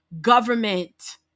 government